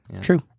true